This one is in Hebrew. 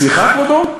סליחה, כבודו?